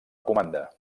comanda